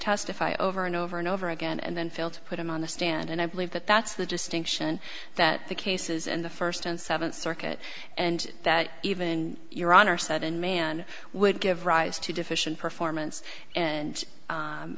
testify over and over and over again and then fail to put them on the stand and i believe that that's the distinction that the cases and the first and seventh circuit and that even your honor said and man would give rise to deficient performance and